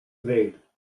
grade